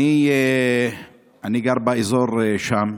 אני גר באזור שם,